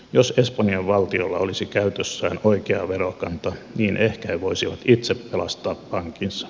jos espanjan valtiolla olisi käytössään oikea verokanta niin ehkä he voisivat itse pelastaa pankkinsa